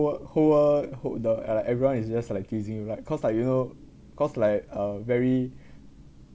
world whole world wh~ the uh like everyone is just like teasing you right cause like you know cause like uh very